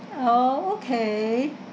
oh okay